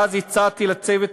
ואז הצעתי לצוות